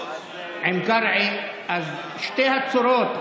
אז שתי הצורות,